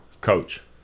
Coach